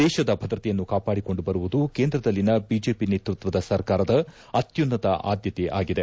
ದೇಶದ ಭದ್ರತೆಯನ್ನು ಕಾಪಾಡಿಕೊಂಡು ಬರುವುದು ಕೇಂದ್ರದಲ್ಲಿನ ಬಿಜೆಪಿ ನೇತೃತ್ವದ ಸರ್ಕಾರದ ಅತ್ಯುನ್ನತ ಆದ್ಭತೆ ಆಗಿದೆ